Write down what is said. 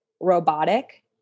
robotic